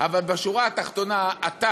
אבל בשורה התחתונה אתה,